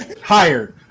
hired